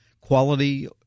quality